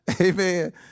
Amen